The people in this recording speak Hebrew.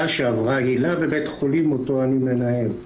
שעברה הילה בבית החולים שאותו אני מנהל.